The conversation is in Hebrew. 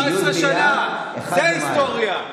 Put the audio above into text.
התאריך הזה, אני חושב, קורה פעם ב-19 שנה.